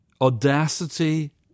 audacity